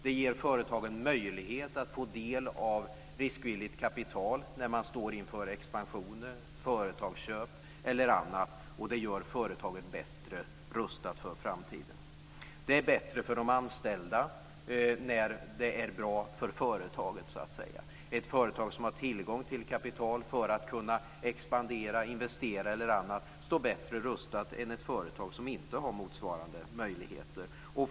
Det ger företagen möjlighet att få del av riskvilligt kapital när man står inför expansioner, företagsköp eller annat, och det gör företaget bättre rustat för framtiden. Det är bättre för de anställda när det är bra för företaget. Ett företag som har tillgång till kapital för att kunna expandera eller investera står bättre rustat än ett företag som inte har motsvarande möjligheter.